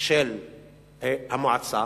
של המועצה,